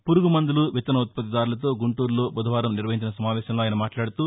పురుగు మందులు విత్తన ఉత్పత్తిదారులతో గుంటూరులో బుధవారం నిర్వహించిన సమావేశంలో ఆయన మాట్లాడుతూ